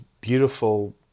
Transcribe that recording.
beautiful